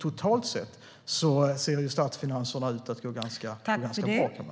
Totalt sett ser statsfinanserna alltså ut att gå ganska bra.